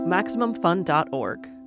MaximumFun.org